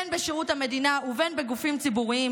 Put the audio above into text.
בין בשירות המדינה ובין בגופים ציבוריים